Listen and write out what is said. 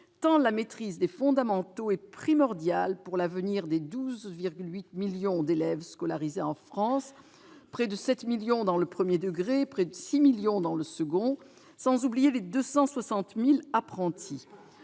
tant la maîtrise des fondamentaux est primordiale pour l'avenir des 12,8 millions d'élèves scolarisés en France : près de 7 millions dans le premier degré, près de 6 millions dans le second, sans oublier les 260 000 apprentis.